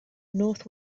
north